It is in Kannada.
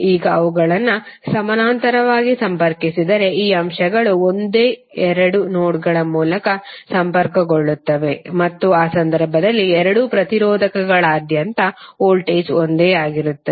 ಈಗ ಅವುಗಳನ್ನು ಸಮಾನಾಂತರವಾಗಿ ಸಂಪರ್ಕಿಸಿದರೆ ಈ ಅಂಶಗಳು ಒಂದೇ ಎರಡು ನೋಡ್ಗಳ ಮೂಲಕ ಸಂಪರ್ಕಗೊಳ್ಳುತ್ತವೆ ಮತ್ತು ಆ ಸಂದರ್ಭದಲ್ಲಿ ಎರಡೂ ಪ್ರತಿರೋಧಕಗಳಾದ್ಯಂತದ ವೋಲ್ಟೇಜ್ ಒಂದೇ ಆಗಿರುತ್ತದೆ